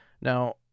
Now